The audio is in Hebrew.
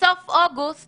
בסוף אוגוסט